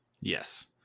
yes